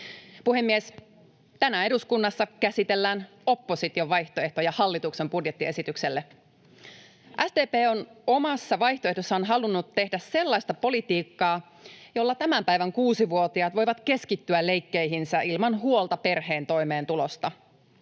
Puhemies! Tänään eduskunnassa käsitellään opposition vaihtoehtoja hallituksen budjettiesitykselle. SDP on omassa vaihtoehdossaan halunnut tehdä sellaista politiikkaa, jolla tämän päivän kuusivuotiaat voivat keskittyä leikkeihinsä ilman huolta perheen toimeentulosta.